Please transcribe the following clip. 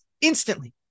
instantly